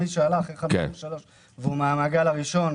גם מי שעלה אחרי 53' והוא מהמעגל הראשון,